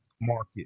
Market